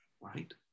right